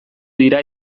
dira